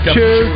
two